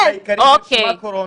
סיבת המוות העיקרית ששמה קורונה,